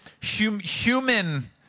human